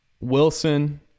Wilson